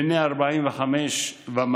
בני 45 מעלה,